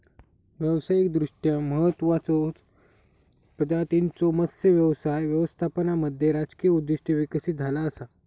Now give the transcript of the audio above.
व्यावसायिकदृष्ट्या महत्त्वाचचो प्रजातींच्यो मत्स्य व्यवसाय व्यवस्थापनामध्ये राजकीय उद्दिष्टे विकसित झाला असा